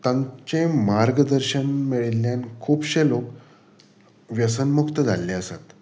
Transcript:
तांचें मार्गदर्शन मेळिल्ल्यान खुबशे लोक व्यसन्मुक्त जाल्ले आसात